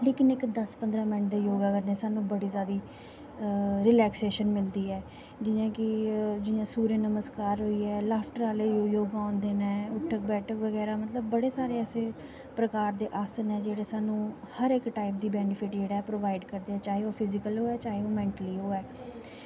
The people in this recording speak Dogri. लेकिन इक दस पंदरां मिंट दे योगा कन्नै सानूं बड़ा जैदा रिलैक्सेशन मिलदी ऐ जि'यां सुर्य नमस्कार होई गेआ लॉफटर आह्लें योगा आंदे न उट्ठ बैठ मतलब बड़े सारे ऐसे प्रकार दे आसन न जेह्ड़े सानूं हर इक टाईप दा बैनिफिट प्रोवाईड़ करदे न चाहे ओह् फिज़िकल होऐ चाहे ओह् मैंन्टली होऐ